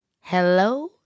Hello